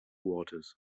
waters